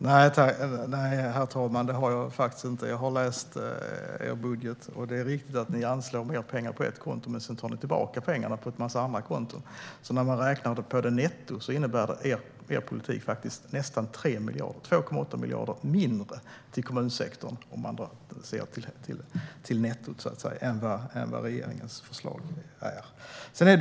Herr talman! Nej, jag har faktiskt inte fel. Jag har läst er budget. Det är visserligen riktigt att ni anslår mer pengar på ett konto, men sedan tar ni tillbaka pengarna på en massa andra konton. När man räknar nettot innebär er politik 2,8 miljarder mindre till kommunsektorn än vad regeringens förslag innebär.